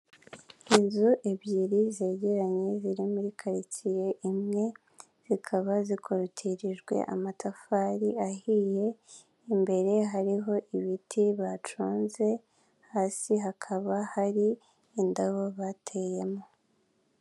Inzu ebyiri zegeranye, ziri muri karitsiye imwe, zikaba zikoruturijwe amatafari ahiye, imbere hariho ibiti baconze, hasi hakaba hari indabo bateyemo.